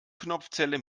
knopfzelle